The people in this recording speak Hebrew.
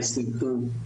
כן, בשמחה.